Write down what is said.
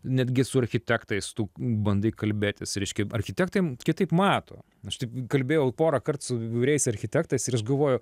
netgi su architektais tu bandai kalbėtis reiškia architektai kitaip mato aš taip kalbėjau porąkart su įvairiais architektais ir galvoju